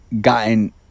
gotten